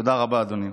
תודה רבה, אדוני.